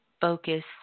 focus